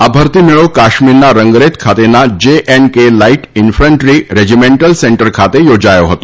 આ ભરતી મેળો કાશ્મીરના રંગરેથ ખાતેના J and K light infantry regimental centre ખાતે યોજાયો હતો